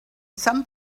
some